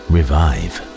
Revive